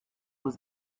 was